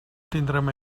tindrem